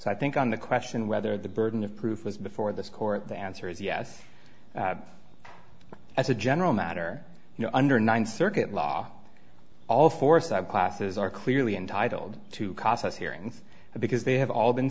so i think on the question whether the burden of proof was before this court the answer is yes as a general matter you know under ninth circuit law all four side classes are clearly entitled to cause us hearings because they have all been